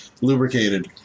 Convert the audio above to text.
lubricated